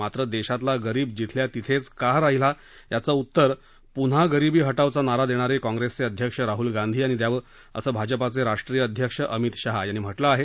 मात्र देशातला गरीब जिथल्या तिथद्वीका राहिला याचजित्तर पुन्हा गरिबी हटावचा नारा देणारे काँप्रेसचे अध्यक्ष राहूल गाधी यापी द्याव असखिजपाचे अध्यक्ष अमित शहा यापी म्हटलञिाहे